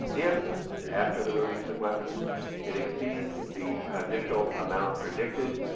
if after the release of weapons it exceeds the initial amount predicted,